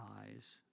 eyes